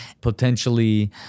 potentially